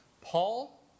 Paul